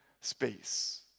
space